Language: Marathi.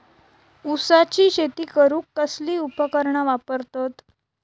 ऊसाची शेती करूक कसली उपकरणा वापरतत?